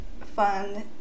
fun